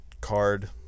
card